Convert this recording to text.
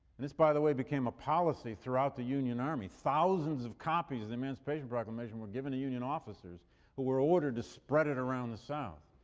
and this, by the way, became a policy throughout the union army. thousands of copies of the emancipation proclamation were given to union officers who were ordered to spread it around the south.